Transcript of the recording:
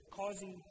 causing